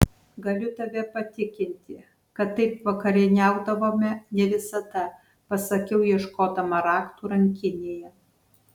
galiu tave patikinti kad taip vakarieniaudavome ne visada pasakiau ieškodama raktų rankinėje